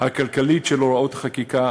הכלכלית של הוראות חקיקה,